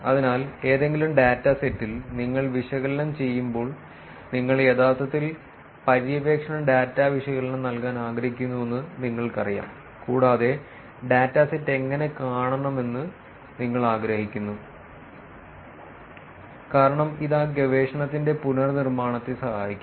അതിനാൽ ഏതെങ്കിലും ഡാറ്റ സെറ്റിൽ നിങ്ങൾ വിശകലനം ചെയ്യുമ്പോൾ നിങ്ങൾ യഥാർത്ഥത്തിൽ പര്യവേക്ഷണ ഡാറ്റ വിശകലനം നൽകാൻ ആഗ്രഹിക്കുന്നുവെന്ന് നിങ്ങൾക്കറിയാം കൂടാതെ ഡാറ്റ സെറ്റ് എങ്ങനെ കാണണമെന്ന് നിങ്ങൾ ആഗ്രഹിക്കുന്നു കാരണം ഇത് ആ ഗവേഷണത്തിന്റെ പുനർനിർമ്മാണത്തെ സഹായിക്കും